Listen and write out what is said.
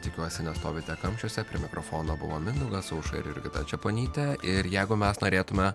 tikiuosi nestovite kamščiuose prie mikrofono buvo mindaugas aušra ir jurgita čeponytė ir jeigu mes norėtume